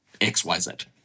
XYZ